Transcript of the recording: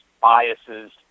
biases